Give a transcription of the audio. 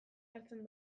hartzen